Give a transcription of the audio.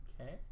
Okay